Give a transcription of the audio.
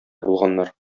булганнар